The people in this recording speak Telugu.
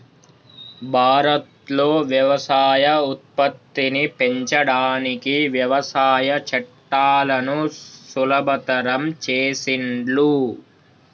భారత్ లో వ్యవసాయ ఉత్పత్తిని పెంచడానికి వ్యవసాయ చట్టాలను సులభతరం చేసిండ్లు